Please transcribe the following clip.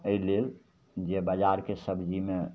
एहि लेल जे बजारके सबजीमे